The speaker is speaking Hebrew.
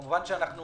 כיוון שאנו